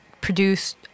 produced